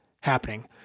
happening